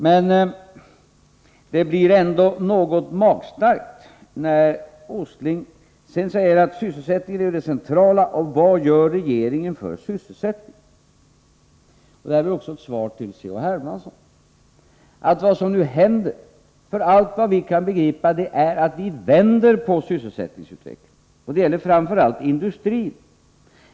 Men det blir ändå något magstarkt när Nils Åsling sedan säger att sysselsättningen är det centrala och frågar vad regeringen gör för sysselsättningen. Mitt svar här blir också ett svar till C.-H. Hermansson. Vad som nu händer är att vi vänder på sysselsättningsutvecklingen. Det gäller framför allt industrin.